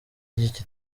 iki